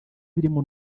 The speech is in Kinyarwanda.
birimo